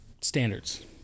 Standards